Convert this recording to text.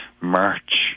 March